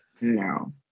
No